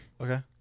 Okay